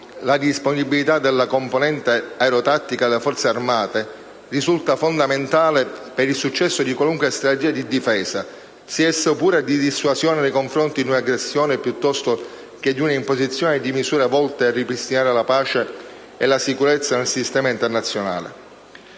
la disponibilità della componente aerotattica delle Forze armate risulta fondamentale per il successo di qualunque strategia di difesa, sia essa di pura dissuasione nei confronti di un'aggressione piuttosto che di imposizione di misure volte a ripristinare la pace e la sicurezza nel sistema internazionale.